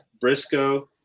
Briscoe